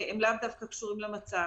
והם לאו דווקא קשורים למצב.